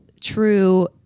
true